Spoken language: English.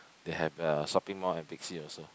they have uh shopping mall at Big-C also